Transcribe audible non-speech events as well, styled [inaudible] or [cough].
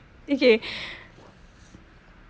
okay [breath]